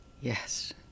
Yes